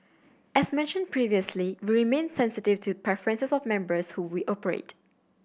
as mentioned previously we remain sensitive to preferences of members who we operate